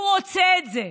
הוא רוצה את זה.